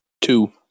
two